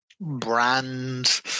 brand